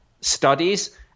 studies